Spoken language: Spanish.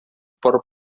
por